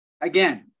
Again